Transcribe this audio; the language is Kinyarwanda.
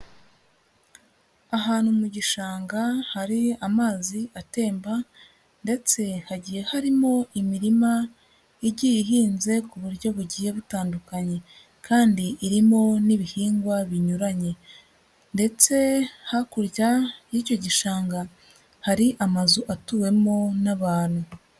Ahantu mu gishanga hari amazi atemba ndetse hagiye harimo imirima igiye ihinze ku buryo bugiye butandukanye kandi irimo n'ibihingwa binyuranye ndetse hakurya y'icyo gishanga, hari amazu atuwemo n'abantu.